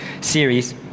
series